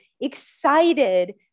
excited